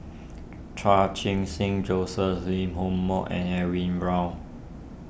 Char Qing Sing Joseph Lee Home Moh and Edwin Brown